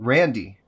Randy